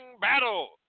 battle